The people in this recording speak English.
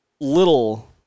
little